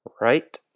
right